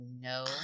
no